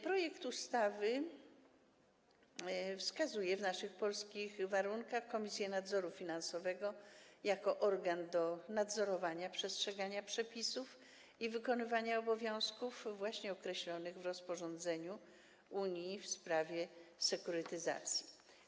Projekt ustawy wskazuje w naszych polskich warunkach Komisję Nadzoru Finansowego jako organ właściwy do nadzorowania przestrzegania przepisów i wykonywania obowiązków właśnie określonych w rozporządzeniu Unii w sprawie sekurytyzacji.